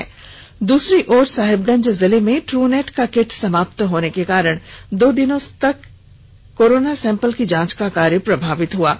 वहीं दूसरी तरफ साहिबगंज जिले में ट्रनेट का किट समाप्त होने के कारण दो दिनों से तक कोरोना सैंपल की जांच का कार्य प्रभावित हुआ है